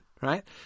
right